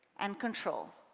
and control.